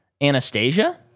Anastasia